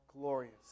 glorious